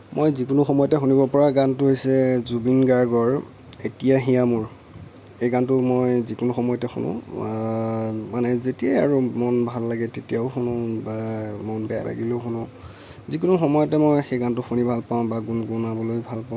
মই যিকোনো সময়তে শুনিবপৰা গানটো হৈছে জুবিন গাৰ্গৰ 'এতিয়া হিয়া মোৰ এই গানটো মই যিকোনো সময়তে শুনো মানে যেতিয়াই আৰু মন ভাল লাগে তেতিয়াও শুনো বা মন বেয়া লাগিলেও শুনো যিকোনো সময়তে মই সেই গানটো শুনি ভাল পাওঁ বা গুণগুণাবলৈ ভাল পাওঁ